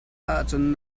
ahcun